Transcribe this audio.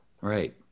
Right